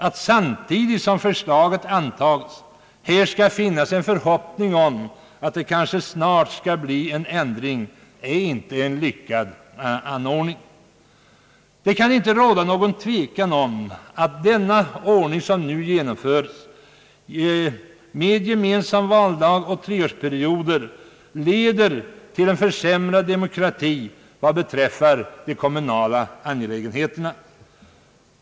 Att samtidigt som förslaget antas hysa förhoppning om en snar ändring är inte ett tillfredsställande förhållande. Det kan inte råda något tvivel om att ordningen med gemensam valdag och treårsperioder leder till försämrad demokrati vad beträffar de kommunala angelägenheterna.